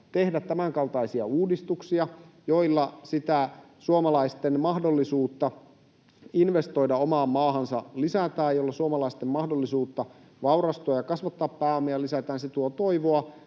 tehdä tämänkaltaisia uudistuksia, joilla sitä suomalaisten mahdollisuutta investoida omaan maahansa lisätään ja joilla suomalaisten mahdollisuutta vaurastua ja kasvattaa pääomia lisätään. Se tuo toivoa